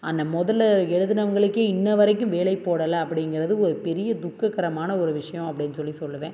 ஆனால் முதலில் எழுதினவங்களுக்கே இன்றுவரைக்கும் வேலை போடலை அப்படிங்கறது ஒரு பெரிய துக்ககரமான ஒரு விஷயம் அப்படின்னு சொல்லி சொல்லுவேன்